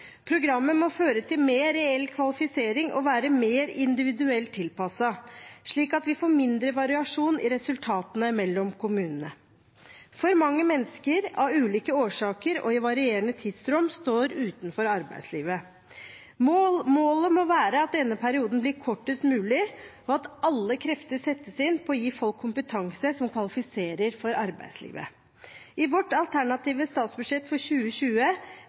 Programmet må føre til mer reell kvalifisering og være mer individuelt tilpasset, slik at vi får mindre variasjon i resultatene mellom kommunene. For mange mennesker står av ulike årsaker og i varierende tidsrom utenfor arbeidslivet. Målet må være at denne perioden blir kortest mulig, og at alle krefter settes inn på å gi folk kompetanse som kvalifiserer for arbeidslivet. I vårt alternative statsbudsjett for 2020